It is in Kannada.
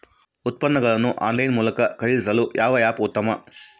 ಉತ್ಪನ್ನಗಳನ್ನು ಆನ್ಲೈನ್ ಮೂಲಕ ಖರೇದಿಸಲು ಯಾವ ಆ್ಯಪ್ ಉತ್ತಮ?